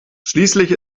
schließlich